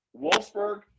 Wolfsburg